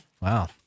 Wow